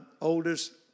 oldest